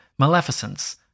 maleficence